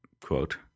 quote